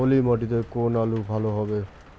পলি মাটিতে কোন আলু ভালো হবে?